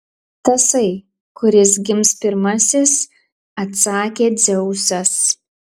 tasai kuris gims pirmasis atsakė dzeusas